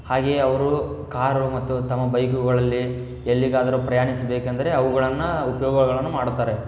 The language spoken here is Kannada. ಹಾಗೆಯೇ ಅವರು ಕಾರು ಮತ್ತು ತಮ್ಮ ಬೈಕುಗಳಲ್ಲಿ ಎಲ್ಲಿಗಾದರು ಪ್ರಯಾಣಿಸಬೇಕೆಂದ್ರೆ ಅವುಗಳನ್ನು ಉಪಯೋಗಳನ್ನು ಮಾಡುತ್ತಾರೆ